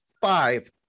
five